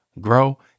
grow